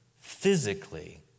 physically